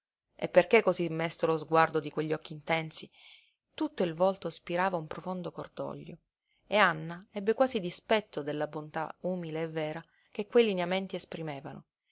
e perché cosí mesto lo sguardo di quegli occhi intensi tutto il volto spirava un profondo cordoglio e anna ebbe quasi dispetto della bontà umile e vera che quei lineamenti esprimevano